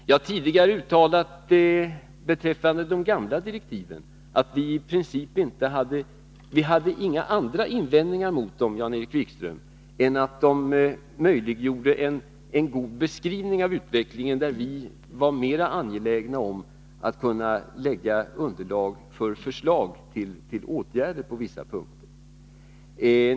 Jag har tidigare beträffande de gamla direktiven uttalat att vi i princip inte hade några andra invändningar mot dem än att de möjliggjorde en god beskrivning av utvecklingen, där vi var mer angelägna om att kunna skapa underlag för förslag till åtgärder på vissa punkter.